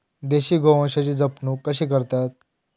देशी गोवंशाची जपणूक कशी करतत?